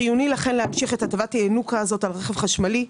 חיוני לכן להמשיך את הטבת הינוקא הזאת על רכב חשמלי,